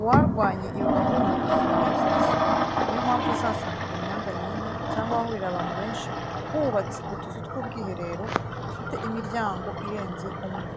uwarwanya iyo gahunda sinamushyigikira. Ni yo mpamvu uzasanga ku mihanda minini cyangwa ahahurira abantu benshi hubatse utuzu tw'ubwiherero, dufite imiryango irenze umwe.